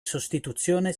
sostituzione